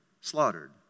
slaughtered